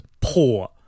poor